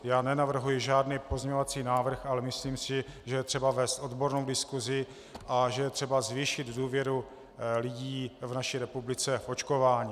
Já nenavrhuji žádný pozměňovací návrh, ale myslím si, že je třeba vést odbornou diskusi a že je třeba zvýšit důvěru lidí v naší republice v očkování.